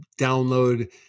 download